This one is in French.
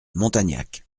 montagnac